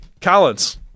collins